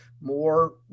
more